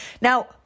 Now